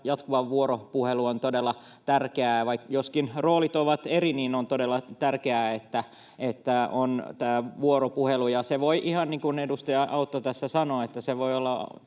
jatkuva vuoropuhelu on todella tärkeää. Vaikkakin roolit ovat eri, niin on todella tärkeää, että on tämä vuoropuhelu. Ihan niin kuin edustaja Autto tässä sanoi,